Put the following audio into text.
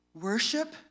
worship